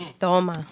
Toma